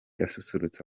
asusurutsa